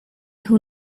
who